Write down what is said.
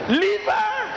liver